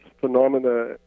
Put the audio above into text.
phenomena